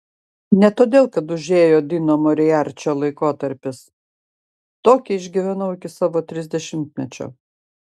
ne todėl kad užėjo dino moriarčio laikotarpis tokį išgyvenau iki savo trisdešimtmečio